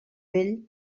bell